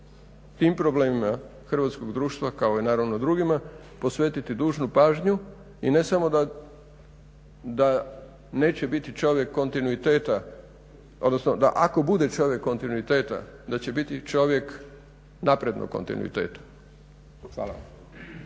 tim problemima hrvatskog društva kao i naravno drugima, posvetiti dužnu pažnju i ne samo da neće biti čovjek kontinuiteta, odnosno da ako bude čovjek kontinuiteta da će biti čovjek naprednog kontinuiteta. Hvala.